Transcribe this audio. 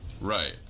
Right